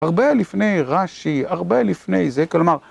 הרבה לפני רש"י, הרבה לפני זה כלומר